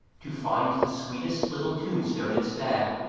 to find the sweetest little tombstone instead.